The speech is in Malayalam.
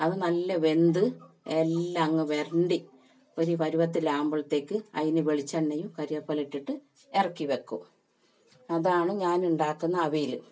അത് നല്ല വെന്ത് എല്ലാം അങ്ങ് വരണ്ട് ഒരു പരുവത്തിൽ ആകുമ്പോഴത്തേക്ക് അതിൽ വെളിച്ചെണ്ണയും കറിവേപ്പിലയും ഇട്ടിട്ട് ഇറക്കി വയ്ക്കും അതാണ് ഞാൻ ഉണ്ടാക്കുന്ന അവിയൽ